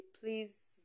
please